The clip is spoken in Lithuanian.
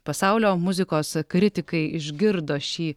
pasaulio muzikos kritikai išgirdo šį